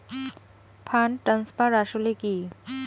Fund transfer আসলে কী?